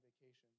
vacation